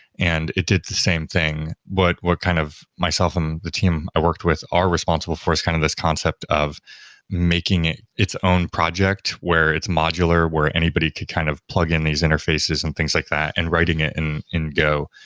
and it did the same thing but kind of myself and the team i worked with are responsible for kind of this concept of making it its own project, where it's modular, where anybody could kind of plug in these interfaces and things like that and writing it in in go.